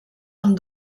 amb